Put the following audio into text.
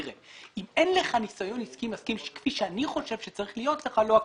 שאם אין לך ניסיון עסקי מתאים כפי שאני חושב שצריך להיות לך לא אקבל.